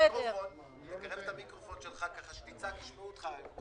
תקרב את המיקרופון שלך כך כשתצעק ישמעו אותך.